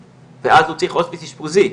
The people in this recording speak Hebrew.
ואז הוא צריך הוספיס אשפוזי.